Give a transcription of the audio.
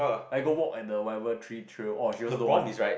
like a walk at the whatever tree trail orh she also don't want